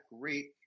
great